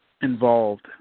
involved